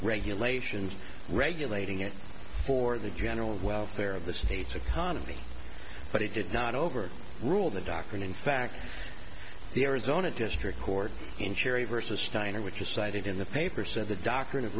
regulations regulating it for the general welfare of the state's economy but it did not over rule the doctrine in fact the arizona district court in cherry versus steiner which is cited in the paper said the doct